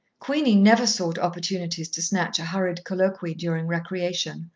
queenie never sought opportunities to snatch a hurried colloquy during recreation,